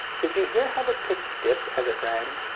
did you hear how the pitch dipped as it rang?